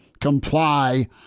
comply